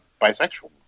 bisexual